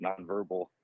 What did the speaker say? nonverbal